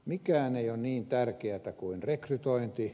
mikään ei ole niin tärkeätä kuin rekrytointi